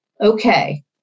Okay